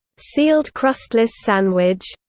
sealed crustless sandwich,